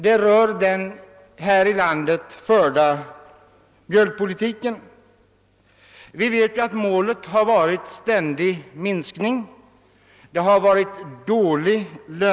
Det gäller den här i landet förda mjölkpolitiken. Målet har varit ständig minskning av produktionen. Lönsamheten har varit dålig.